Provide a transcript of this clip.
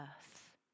earth